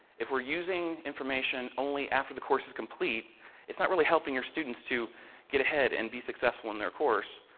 if we are using information only after the course is complete, it is not really helping our students to get ahead and be successful in their course.